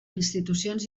institucions